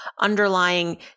underlying